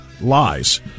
lies